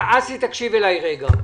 אסי, תקשיב אליי רגע.